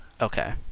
Okay